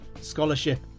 Scholarship